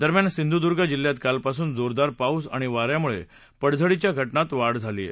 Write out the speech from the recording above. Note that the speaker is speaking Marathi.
दरम्यान सिंधुदुर्ग जिल्ह्यात काल पासून जोरदार पाऊस आणि वाऱ्यामुळे पडझडीच्या घटनांत वाढ झालीय